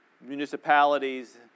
municipalities